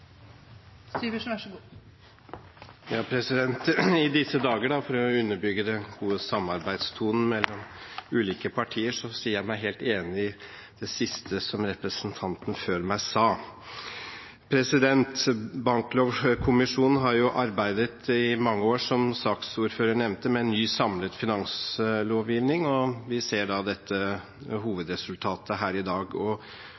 For å underbygge den gode samarbeidstonen mellom ulike partier i disse dager sier jeg meg helt enig i det siste som representanten før meg sa. Banklovkommisjonen har jo, som saksordføreren nevnte, arbeidet i mange år med en ny samlet finanslovgivning, og vi ser hovedresultatet her i dag.